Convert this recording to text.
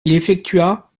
effectua